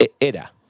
Era